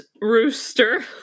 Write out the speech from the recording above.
rooster